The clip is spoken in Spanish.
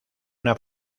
una